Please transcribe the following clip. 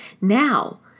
Now